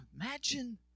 Imagine